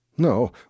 No